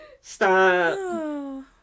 Stop